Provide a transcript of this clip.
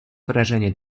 wrażenie